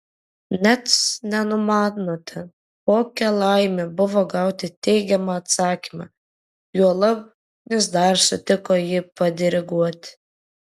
net nenumanote kokia laimė buvo gauti teigiamą atsakymą juolab jis dar sutiko ir padiriguoti